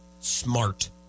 smart